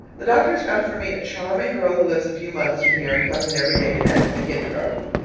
the doctor has found for me a charming girl who lives a few miles from here and comes in every day to manage the kindergarten.